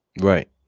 Right